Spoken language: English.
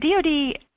DOD